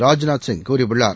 ராஜ்நாத் சிங் கூறியுள்ளார்